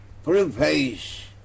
Preface